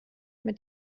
mit